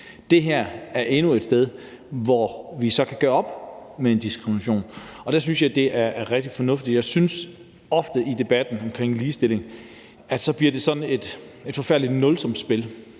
det her er så endnu et sted, hvor vi kan gøre op med en diskrimination, og det synes jeg er rigtig fornuftigt. Jeg synes ofte, at det i debatten omkring ligestilling bliver sådan et forfærdeligt nulsumsspil,